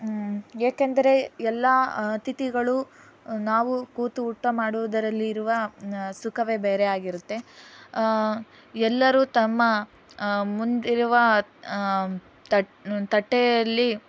ಏಕೆಂದರೆ ಎಲ್ಲ ಅತಿಥಿಗಳು ನಾವು ಕೂತು ಊಟ ಮಾಡುವುದರಲ್ಲಿ ಇರುವ ಸುಖವೇ ಬೇರೆ ಆಗಿರುತ್ತೆ ಎಲ್ಲರೂ ತಮ್ಮ ಮುಂದಿರುವ ತಟ್ ತಟ್ಟೆಯಲ್ಲಿ